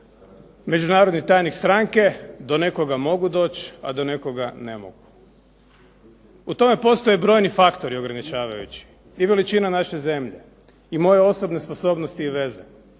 međunarodni tajnik stranke do nekoga mogu doći, a do nekoga ne mogu. U tome postoji brojni faktori ograničavajući i veličina naše zemlje i moje osobne sposobnosti i veze.